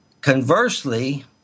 Conversely